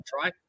try